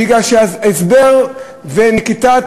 מכיוון שהסבר ונקיטת